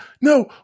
No